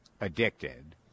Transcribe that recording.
addicted –